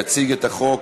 יציג את החוק